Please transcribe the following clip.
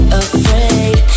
afraid